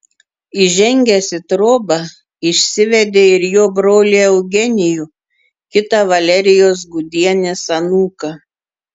įžengęs į trobą išsivedė ir jo brolį eugenijų kitą valerijos gudienės anūką